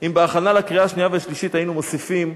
אם בהכנה לקריאה השנייה והשלישית היינו מוסיפים,